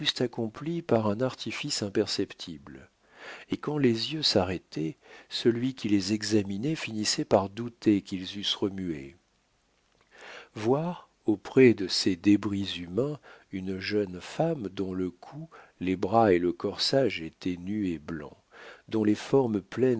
accomplis par un artifice imperceptible et quand les yeux s'arrêtaient celui qui les examinait finissait par douter qu'ils eussent remué voir auprès de ces débris humains une jeune femme dont le cou les bras et le corsage étaient nus et blancs dont les formes